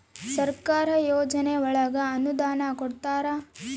ಸರ್ಕಾರ ಯೋಜನೆ ಒಳಗ ಅನುದಾನ ಕೊಡ್ತಾರ